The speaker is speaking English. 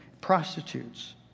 prostitutes